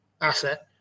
asset